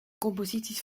composities